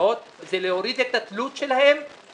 המופרדות זה להוריד את התלות שלהן בבנקים,